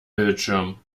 bildschirm